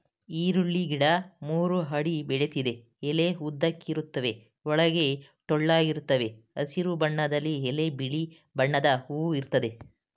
ಈರುಳ್ಳಿ ಗಿಡ ಮೂರು ಅಡಿ ಬೆಳಿತದೆ ಎಲೆ ಉದ್ದಕ್ಕಿರುತ್ವೆ ಒಳಗೆ ಟೊಳ್ಳಾಗಿರ್ತವೆ ಹಸಿರು ಬಣ್ಣದಲ್ಲಿ ಎಲೆ ಬಿಳಿ ಬಣ್ಣದ ಹೂ ಇರ್ತದೆ